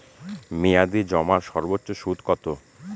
মেয়াদি জমার সর্বোচ্চ সুদ কতো?